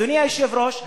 אדוני היושב-ראש,